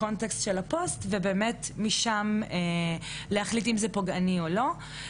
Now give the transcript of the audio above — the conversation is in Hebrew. הם התחילו בצעד יחסית משמעותי למצב שאנחנו נמצאים בו כיום,